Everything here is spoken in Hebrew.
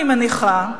אני מניחה,